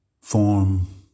form